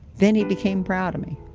then he became proud of me.